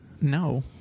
no